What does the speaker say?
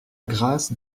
grâce